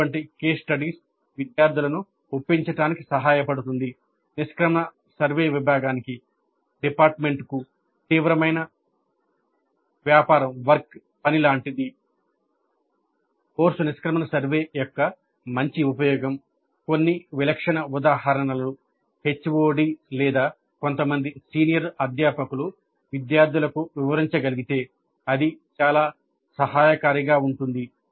ఇటువంటి case studies విద్యార్థులను ఒప్పించటానికి సహాయపడుతుంది నిష్క్రమణ సర్వే విభాగానికి తీవ్రమైన వ్యాపారం పని లాంటిది కోర్సు నిష్క్రమణ సర్వే యొక్క మంచి ఉపయోగం కొన్ని విలక్షణ ఉదాహరణలు HOD లేదా కొంతమంది సీనియర్ అధ్యాపకులు విద్యార్థులకు వివరించ గలిగితే అది చాలా సహాయకారి గా ఉంటుంది